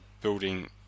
Building